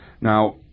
Now